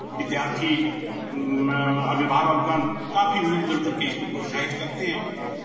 विद्यार्थी अभीभावकगण काफी मिल जुल कर करके इसको प्रोत्साहित करते हैं